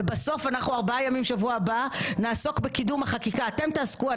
ובסוף אנחנו ארבע ימים שבוע הבא נעסוק בקידום החקיקה אתם תעסקו,